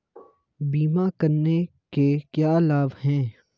बीमा करने के क्या क्या लाभ हैं?